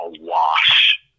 awash